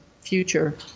future